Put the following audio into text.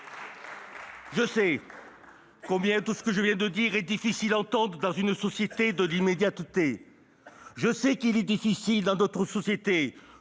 Je sais combien tout ce que je viens de dire est difficile à entendre dans une société de l'immédiateté ; je sais qu'il est difficile, dans notre société,